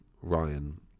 Ryan